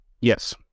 Yes